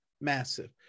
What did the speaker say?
massive